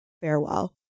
farewell